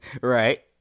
Right